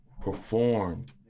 performed